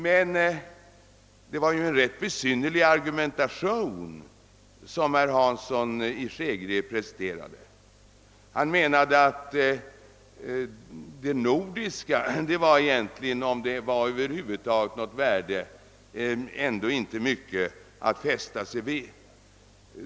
Herr Hansson i Skegrie presterade en ganska besynnerlig argumentation och menade att om det nordiska samarbetet över huvud taget är av något värde, så är det i alla fall inte mycket att fästa sig vid.